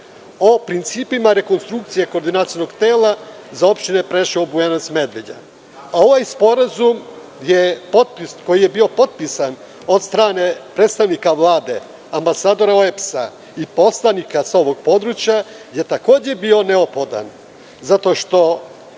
o principima rekonstrukcije Koordinacionog tela za opštine Preševo, Bujanovac, Medveđa. Ovaj sporazum, koji je bio potpisan od strane predstavnika Vlade, ambasadora OEBS i poslanika s ovog područja, je takođe bio neophodan zato što